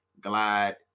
Glide